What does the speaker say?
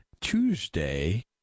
Tuesday